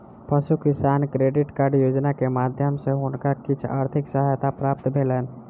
पशु किसान credit card योजना के माध्यम सॅ हुनका किछ आर्थिक सहायता प्राप्त भेलैन